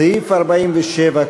סעיף 47,